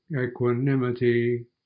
equanimity